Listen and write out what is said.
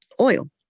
oil